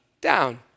down